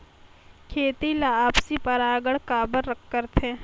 खेती ला आपसी परागण काबर करथे?